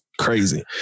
crazy